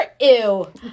ew